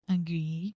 Agree